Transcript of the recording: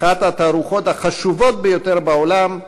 אחת התערוכות החשובות ביותר בעולם,